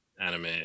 anime